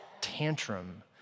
tantrum